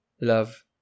love